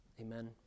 amen